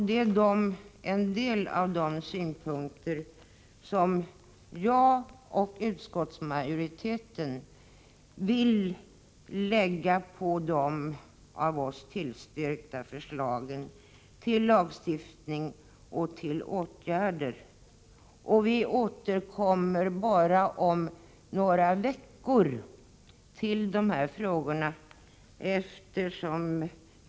Detta är en del av de synpunkter som jag och utskottsmajoriteten vill anlägga på de av oss tillstyrkta förslagen till lagstiftning och åtgärder. Vi återkommer om bara några veckor till dessa frågor.